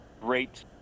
great